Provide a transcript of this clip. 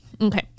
Okay